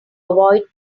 avoid